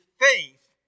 faith